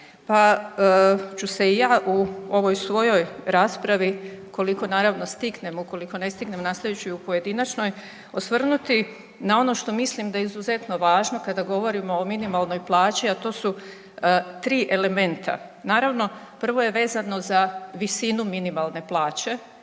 pa ću se i ja u ovoj svojoj raspravi koliko naravno stignem, ukoliko ne stignem nastavit ću i u pojedinačnoj, osvrnuti na ono što mislim da je izuzetno važno kada govorimo o minimalnoj plaći, a to su 3 elementa. Naravno, prvo je vezano za visinu minimalne plaće